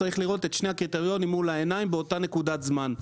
צריך לראות את שני הקריטריונים מול העיניים באותה נקודת זמן.